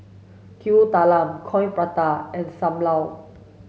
Kuih Talam Coin Prata and Sam Lau